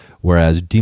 whereas